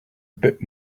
bit